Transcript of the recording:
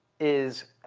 is